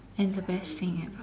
and the best thing ever